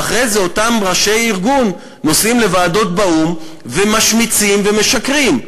ואחרי זה אותם ראשי ארגון נוסעים לוועדות באו"ם ומשמיצים ומשקרים.